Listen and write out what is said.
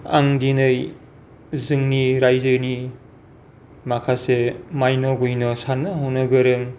आं दिनै जोंनि राइजोनि माखासे मायन' गुइन' साननो हनो गोरों